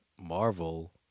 Marvel